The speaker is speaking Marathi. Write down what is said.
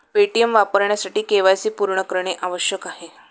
पेटीएम वापरण्यासाठी के.वाय.सी पूर्ण करणे आवश्यक आहे